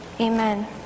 Amen